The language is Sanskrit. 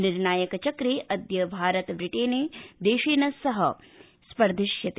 निर्णायकचक्रे अद्य भारतः ब्रिटेन देशेन सह स्पर्धिष्यति